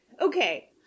Okay